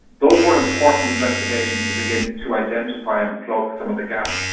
those were important investigations to begin to identify and plug some of the gaps,